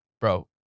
bro